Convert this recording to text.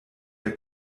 der